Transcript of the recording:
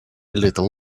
little